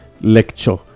lecture